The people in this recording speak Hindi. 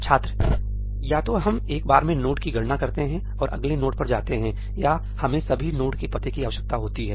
छात्र या तो हम एक बार में एक नोड की गणना करते हैं और अगले नोड पर जाते हैं या हमें सभी नोड के पते की आवश्यकता होती है